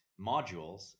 modules